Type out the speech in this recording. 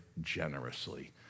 generously